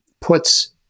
puts